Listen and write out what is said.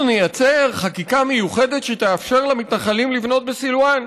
אנחנו נייצר חקיקה מיוחדת שתאפשר למתנחלים לבנות בסילוואן.